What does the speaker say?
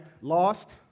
Lost